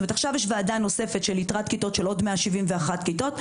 עכשיו יש ועדה נוספת על יתרת כיתות של עוד 171 כיתות,